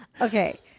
Okay